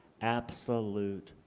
absolute